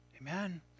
Amen